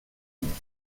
nicht